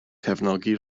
cefnogi